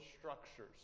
structures